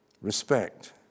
respect